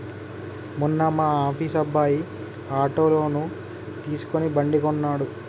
మొన్న మా ఆఫీస్ అబ్బాయి ఆటో లోన్ తీసుకుని బండి కొన్నడు